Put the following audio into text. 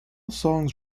songs